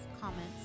comments